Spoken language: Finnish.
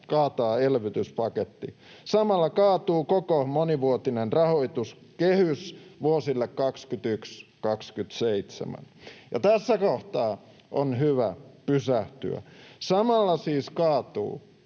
kaataa elvytyspaketti. Samalla kaatuu koko monivuotinen rahoituskehys vuosille 21—27. Ja tässä kohtaa on hyvä pysähtyä: samalla siis kaatuu